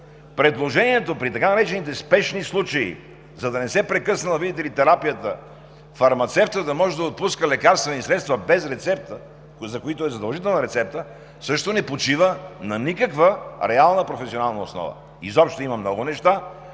предложението при така наречените спешни случаи, за да не се прекъсвала, видите ли, терапията фармацевтът да може да отпуска лекарствени средства без рецепта, за които е задължителна рецепта, също не почива на никаква реална професионална основа. Изобщо, има много неща,